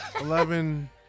Eleven